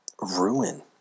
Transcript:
ruin